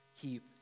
keep